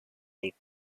lake